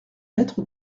être